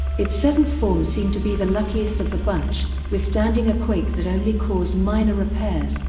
its seventh form seemed to be the luckiest of the bunch, withstanding a quake that only caused minor repairs,